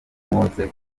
unkozeho